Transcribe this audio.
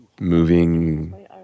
moving